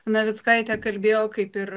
navickaitė kalbėjo kaip ir